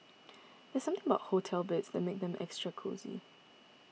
there's something about hotel beds that makes them extra cosy